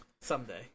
Someday